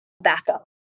backup